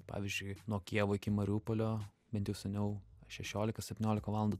pavyzdžiui nuo kijevo iki mariupolio bent jau seniau šešiolika septyniolika valandų